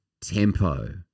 tempo